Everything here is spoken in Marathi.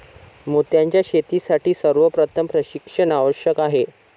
मोत्यांच्या शेतीसाठी सर्वप्रथम प्रशिक्षण आवश्यक आहे